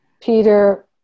Peter